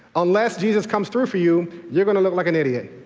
unless jesus comes through for you, you're going to look like an idiot.